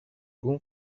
بوم